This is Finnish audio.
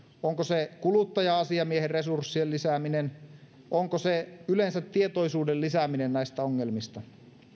onko se kuluttaja asiamiehen resurssien lisääminen onko se yleensä tietoisuuden lisääminen näistä ongelmista